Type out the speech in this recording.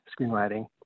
screenwriting